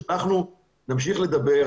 שאנחנו נמשיך לדבר,